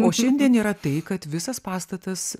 o šiandien yra tai kad visas pastatas